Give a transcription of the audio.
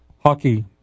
hockey